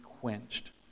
quenched